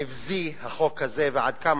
נבזי החוק הזה ועד כמה